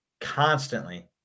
constantly